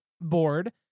board